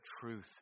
truth